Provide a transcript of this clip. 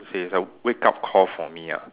how to say it's a wake up call for me ah